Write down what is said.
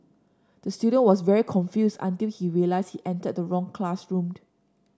the student was very confused until he realised he entered the wrong classroom